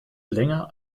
länger